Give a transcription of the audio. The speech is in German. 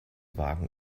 wagen